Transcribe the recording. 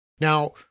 Now